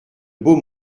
beau